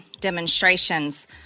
demonstrations